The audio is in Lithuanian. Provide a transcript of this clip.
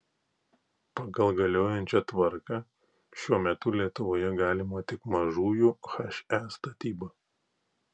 pagal galiojančią tvarką šiuo metu lietuvoje galima tik mažųjų he statyba